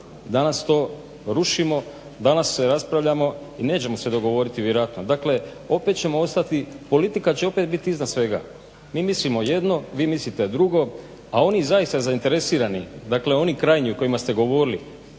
Danas to rušimo, danas se raspravljamo i nećemo se dogovoriti vjerojatno. Dakle, opet ćemo ostati, politika će opet biti iznad svega. Mi mislimo jedno, vi mislite drugo, a oni zaista zainteresirani, dakle oni krajnji o kojima ste govorili